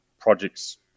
projects